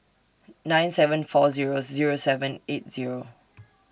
nine seven four Zero Zero seven eight Zero